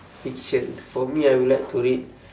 fiction for me I would like to read